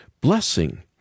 blessing